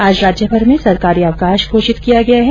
आज राज्यभर में सरकारी अवकाश घोषित किया गया है